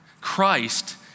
Christ